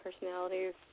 personalities